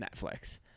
Netflix